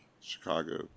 Chicago